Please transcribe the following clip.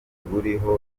buriho